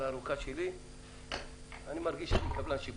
הארוכה שלי אני מרגיש כמו קבלן שיפוצים: